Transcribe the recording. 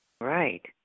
right